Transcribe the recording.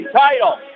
title